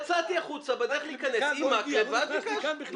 יצאתי החוצה בדרך להיכנס עם מקלב ואז ביקשת.